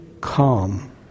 calm